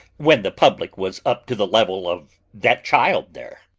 when the public was up to the level of that child there.